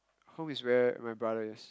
home is where my brother is